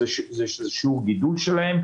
האינפלציה, זה שיעור גידול שלהם.